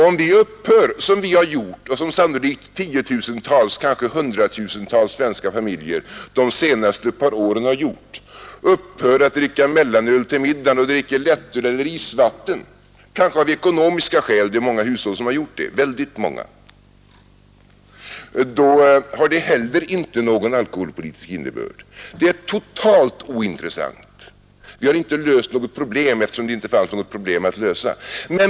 Om vi upphör, som vi har gjort och som sannolikt 10 000-tals, kanske 100 000-tals svenska familjer de senaste par tre åren gjort, att dricka mellanöl till middagen och dricker lättöl eller isvatten kanske av ekonomiska skäl — det är många hushåll som gjort det, ytterst många — då har det inte heller någon alkoholpolitisk innebörd. Det är totalt ointressant. Vi har inte löst något problem, eftersom det inte fanns något problem att lösa.